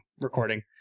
recording